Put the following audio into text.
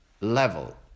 level